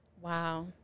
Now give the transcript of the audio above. Wow